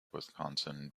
wisconsin